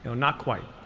not quite.